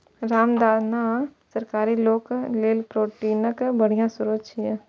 रामदाना शाकाहारी लोक लेल प्रोटीनक बढ़िया स्रोत छियै